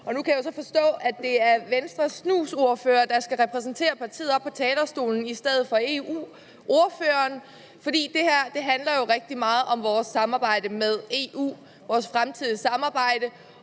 nu. Nu kan jeg så forstå, at det er Venstres snusordfører, der skal repræsentere partiet på talerstolen, i stedet for EU-ordføreren, for det her handler jo rigtig meget om vores fremtidige samarbejde